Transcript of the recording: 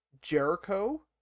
jericho